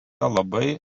labai